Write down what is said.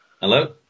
Hello